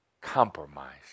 compromise